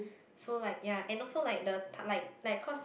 so like ya and also like the ta~ like like cause